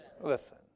listen